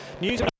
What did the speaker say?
News